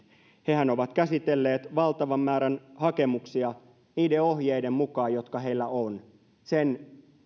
hehän ovat käsitelleet valtavan määrän hakemuksia niiden ohjeiden mukaan jotka heillä on sen